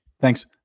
Thanks